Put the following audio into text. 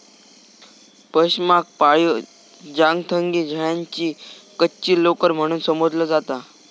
पशमाक पाळीव चांगथंगी शेळ्यांची कच्ची लोकर म्हणून संबोधला जाता